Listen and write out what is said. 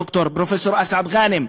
פרופסור אסעד גאנם,